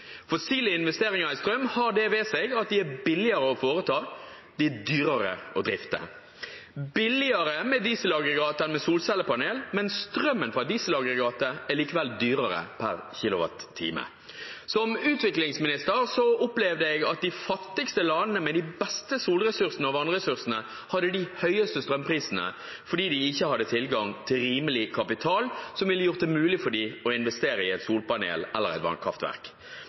Fossile investeringer i strøm har det ved seg at de er billigere å foreta, men de er dyrere å drifte. Det er billigere med dieselaggregat enn med solcellepanel, men strømmen fra dieselaggregatet er likevel dyrere per kWt. Som utviklingsminister opplevde jeg at de fattigste landene med de beste solressursene og vannressursene hadde de høyeste strømprisene, fordi de ikke hadde tilgang til rimelig kapital, som ville gjort det mulig for dem å investere i et solcellepanel eller et vannkraftverk.